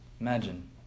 imagine